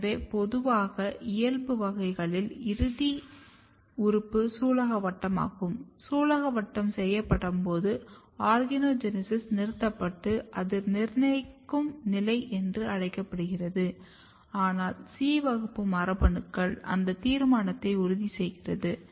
எனவே பொதுவாக இயல்பு வகைகளில் இறுதி உறுப்பு சூலகவட்டம் ஆகும் சூலகவட்டம் செய்யப்படும்போது ஆர்கனோஜெனீசிஸ் நிறுத்தப்பட்டு அது நிர்ணயிக்கும் நிலை என்று அழைக்கப்படுகிறது ஆனால் C வகுப்பு மரபணுக்கள் அந்த தீர்மானத்தை உறுதி செய்கிறது